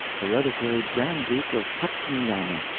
hereditary grand duke of katzenyammer.